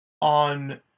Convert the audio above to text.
on